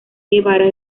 guevara